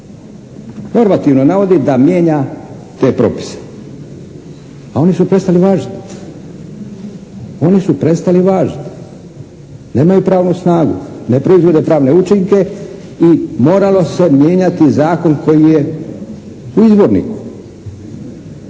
normativno navodi da mijenja te propise a oni su prestali važiti. Nemaju pravnu snagu, ne proizvode pravne učinke i moralo se mijenjati zakon koji je u izvorniku.